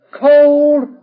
cold